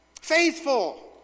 Faithful